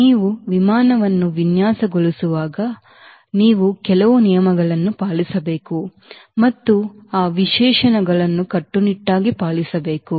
ನೀವು ವಿಮಾನವನ್ನು ವಿನ್ಯಾಸಗೊಳಿಸುವಾಗ ನೀವು ಕೆಲವು ನಿಯಮಗಳನ್ನು ಪಾಲಿಸಬೇಕು ಮತ್ತು ನೀವು ಆ ವಿಶೇಷಣಗಳನ್ನು ಕಟ್ಟುನಿಟ್ಟಾಗಿ ಪಾಲಿಸಬೇಕು